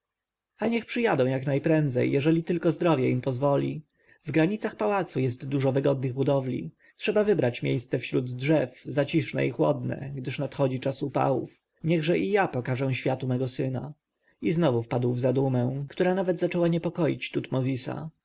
a niech przyjadą jak najprędzej jeżeli tylko zdrowie im pozwoli w granicach pałacu jest dużo wygodnych budowli trzeba wybrać miejsce wśród drzew zaciszne i chłodne gdyż nadchodzi czas upałów niechże i ja pokażę światu mego syna i znowu wpadł w zadumę która nawet zaczęła niepokoić tutmozisa